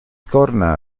corna